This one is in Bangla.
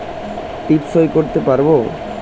টিপ সই করতে পারবো?